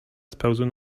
spełzły